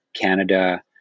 Canada